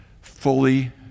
fully